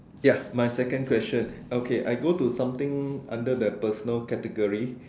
ya my second question okay I go to something under the personal category